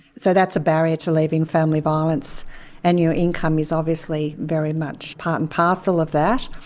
so that's a barrier to leaving family violence and your income is obviously very much part and parcel of that.